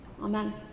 Amen